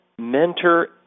mentor